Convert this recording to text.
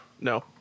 No